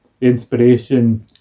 Inspiration